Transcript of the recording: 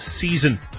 season